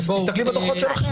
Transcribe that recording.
תסתכלי בדוחות שלכם.